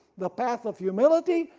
the path of humility,